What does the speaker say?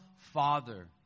Father